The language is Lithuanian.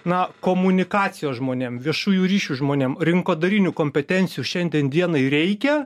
na komunikacijos žmonėm viešųjų ryšių žmonėm rinkodarinių kompetencijų šiandien dienai reikia